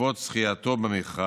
בעקבות זכייתה במכרז.